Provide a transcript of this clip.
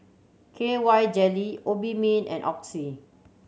K Y Jelly Obimin and Oxy